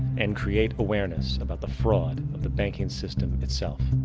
and create awareness about the fraud of the banking system itself.